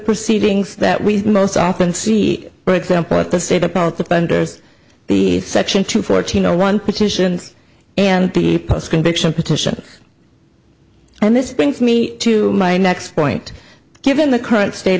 proceedings that we most often see for example at the state about the funders the section two fourteen zero one petitions and the post conviction petition and this brings me to my next point given the current state